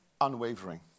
Unwavering